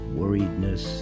worriedness